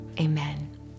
amen